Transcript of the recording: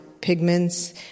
pigments